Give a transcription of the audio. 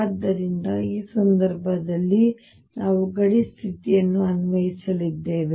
ಆದ್ದರಿಂದ ಈ ಸಂದರ್ಭದಲ್ಲಿ ನಾವು ಗಡಿ ಸ್ಥಿತಿಯನ್ನು ಅನ್ವಯಿಸಲಿದ್ದೇವೆ